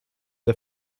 the